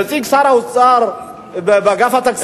נציג שר האוצר ואגף התקציבים היה שם.